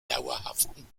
dauerhaften